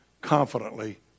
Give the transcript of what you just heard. confidently